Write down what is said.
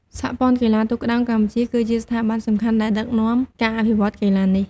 សហព័ន្ធកីឡាទូកក្ដោងកម្ពុជាគឺជាស្ថាប័នសំខាន់ដែលដឹកនាំការអភិវឌ្ឍន៍កីឡានេះ។